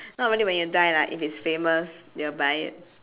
not really when you die lah if it's famous they'll buy it